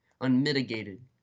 unmitigated